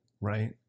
right